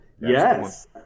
Yes